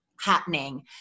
happening